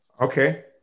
Okay